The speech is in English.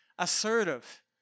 assertive